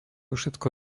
všetko